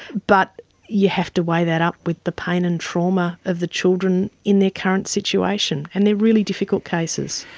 but you have to weigh that up with the pain and trauma of the children in their current situation, and they're really difficult cases.